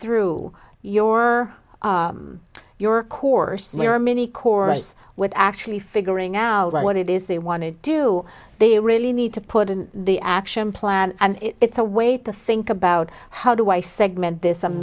through your your course there are many course what actually figuring out what it is they want to do they really need to put in the action plan and it's a way to think about how do i segment this i'm